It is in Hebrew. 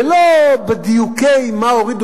ולא בדיוק מה הורידו,